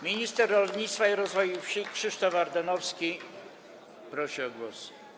Minister rolnictwa i rozwoju wsi Krzysztof Ardanowski prosi o głos.